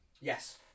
Yes